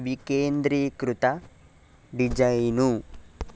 వికేంద్రీకృత design